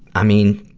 i mean,